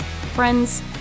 friends